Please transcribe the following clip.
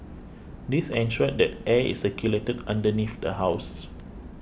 this ensured that air is circulated underneath the house